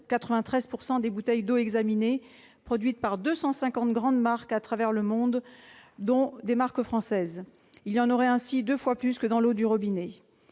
93 % des bouteilles d'eau examinées, produites par deux cent cinquante grandes marques à travers le monde, dont des marques françaises. Il y en aurait ainsi deux fois plus que dans l'eau du robinet.